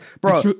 bro